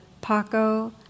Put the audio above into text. Paco